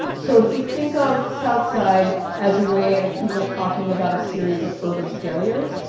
so if we think of south side as a way of people talking about a series of urban failures,